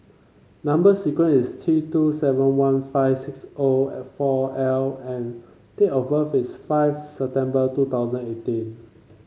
number sequence is T two seven one five six O four L and date of birth is five September two thousand eighteen